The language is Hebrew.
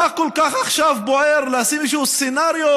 מה כל כך עכשיו בוער לשים איזשהו סצנריו